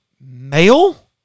male